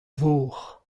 vor